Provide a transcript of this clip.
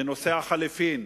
בנושא החליפין.